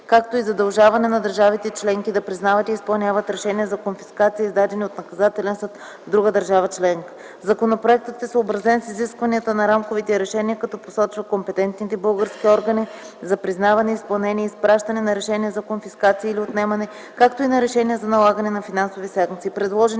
както и задължаване на държавите - членки да признават и изпълняват решения за конфискация, издадени от наказателен съд в друга държава членка. Законопроектът е съобразен с изискванията на рамковите решения, като посочва компетентните български органи за признаване, изпълнение и изпращане на решения за конфискация или отнемане, както и на решения за налагане на финансови санкции.